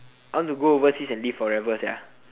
I want to go overseas and live forever sia